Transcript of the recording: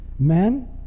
Men